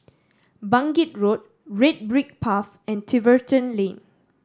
Bangkit Road Red Brick Path and Tiverton Lane